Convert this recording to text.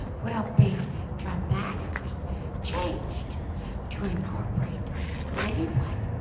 will be dramatically changed to incorporate anyone